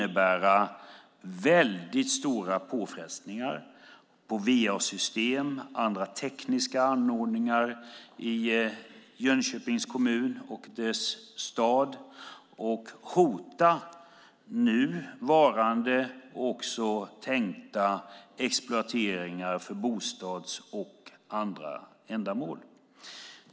Det kommer att innebära stora påfrestningar på va-system och andra tekniska anordningar i Jönköpings kommun och staden och hota nuvarande och även tänkta exploateringar för bostadsändamål och andra ändamål.